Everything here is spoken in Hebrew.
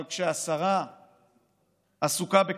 אבל כשהשרה עסוקה בכותרות,